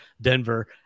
Denver